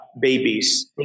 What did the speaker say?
babies